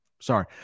Sorry